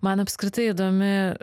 man apskritai įdomi